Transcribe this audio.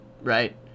right